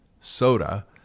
soda